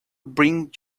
bring